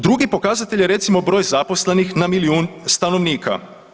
Drugi pokazatelj je recimo broj zaposlenih na milijun stanovnika.